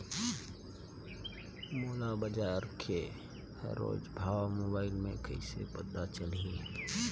मोला बजार के रोज भाव मोबाइल मे कइसे पता चलही?